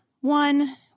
one